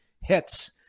hits